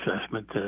assessment